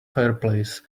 fireplace